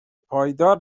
پایدار